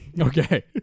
Okay